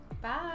Bye